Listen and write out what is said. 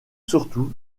surtout